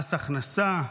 מס הכנסה,